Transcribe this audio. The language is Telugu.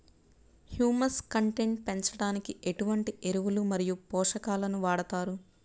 హ్యూమస్ కంటెంట్ పెంచడానికి ఎటువంటి ఎరువులు మరియు పోషకాలను వాడతారు?